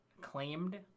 claimed